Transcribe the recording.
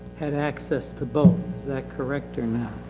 had access to both. is that correct or not?